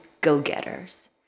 go-getters